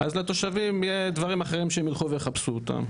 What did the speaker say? אז לתושבים יהיה דברים אחרים שהם ילכו ויחפשו אותם,